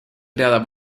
creada